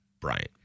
Bryant